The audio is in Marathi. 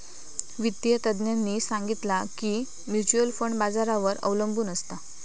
वित्तिय तज्ञांनी सांगितला की म्युच्युअल फंड बाजारावर अबलंबून असता